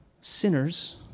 sinners